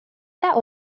that